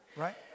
Right